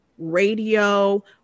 radio